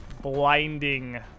blinding